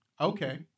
Okay